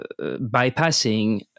bypassing